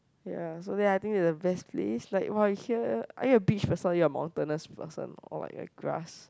ya so there I think the best place like right here are you a beach person or are you a mountainous person or like a grass